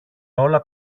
όλα